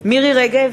מירי רגב,